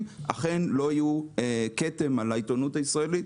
לא יהיה כתם על העיתונות הישראלית,